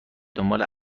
دنبال